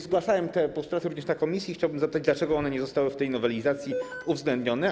Zgłaszałem te postulaty również w komisji i chciałbym zapytać, dlaczego one nie zostały w tej nowelizacji uwzględnione.